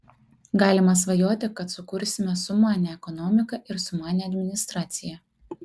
galima svajoti kad sukursime sumanią ekonomiką ir sumanią administraciją